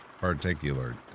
particular